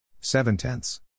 Seven-tenths